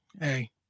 Hey